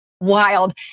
Wild